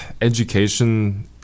education